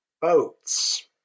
boats